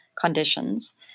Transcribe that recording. conditions